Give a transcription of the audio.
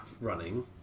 running